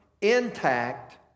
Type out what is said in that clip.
intact